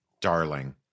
Darling